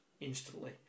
instantly